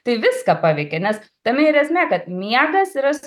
tai viską paveikia nes tame ir esmė kad miegas yra